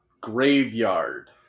graveyard